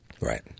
Right